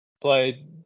play